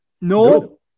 No